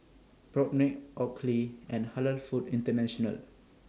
Propnex Oakley and Halal Foods International